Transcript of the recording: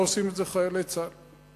לא עושים את זה חיילי צה"ל.